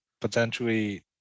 potentially